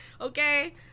Okay